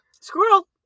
Squirrel